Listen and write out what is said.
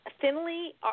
thinly